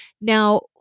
Now